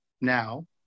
now